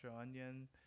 onion